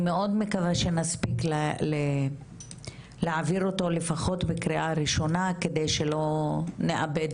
אני מאוד מקווה שנספיק להעביר אותו לפחות בקריאה ראשונה כדי שלא נאבד